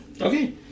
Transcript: okay